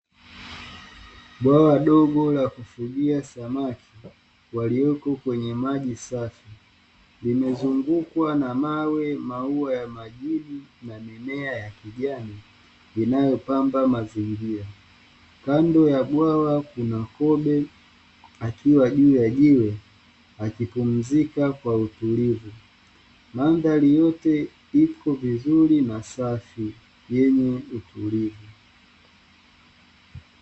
Bwawa dogo la kufugia samaki walilopo kwenye maji safi limezungukwa na mawe, maua ya magugu na mimea ya kijani inayopamba mazingira kando ya bwawa kuna kobe akiwa juu ya jiwe akipumzika kwa utulivu, mandhari yote ipo vizuri na safi yenye utulivu.